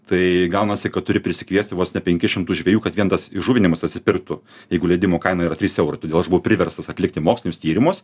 tai gaunasi kad turi prisikviesti vos ne penkis šimtus žvejų kad vien tas įžuvinimas atsipirktų jeigu leidimo kaina yra trys eurų todėl aš buvau priverstas atlikti mokslinius tyrimus